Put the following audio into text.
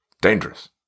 Dangerous